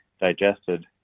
digested